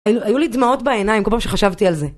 היו לי דמעות בעיניים כל פעם שחשבתי על זה.